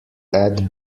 add